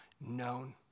known